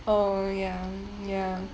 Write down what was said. oh ya ya